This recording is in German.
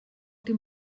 dem